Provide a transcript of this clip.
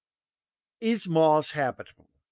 is mars habitable?